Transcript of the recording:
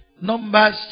Numbers